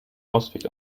ausweg